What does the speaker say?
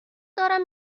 دارم